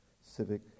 civic